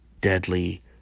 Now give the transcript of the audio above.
deadly